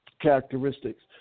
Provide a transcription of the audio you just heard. characteristics